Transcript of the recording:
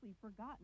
forgotten